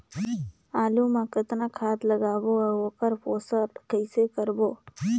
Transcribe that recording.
आलू मा कतना खाद लगाबो अउ ओकर पोषण कइसे करबो?